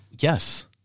Yes